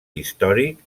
històric